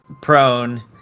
prone